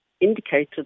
indicated